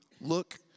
look